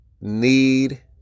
need